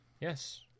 Yes